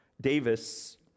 Davis